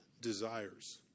desires